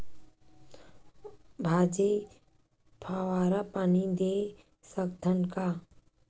भाजी फवारा पानी दे सकथन का?